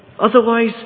Otherwise